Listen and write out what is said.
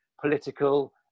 political